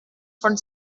von